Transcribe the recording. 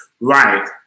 Right